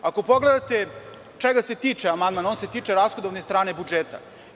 Ako pogledate čega se tiče amandman, on se tiče rashodovane strane budžeta.